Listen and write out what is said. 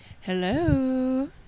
Hello